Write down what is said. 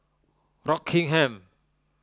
Rockingham